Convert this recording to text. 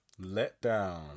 Letdown